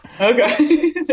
Okay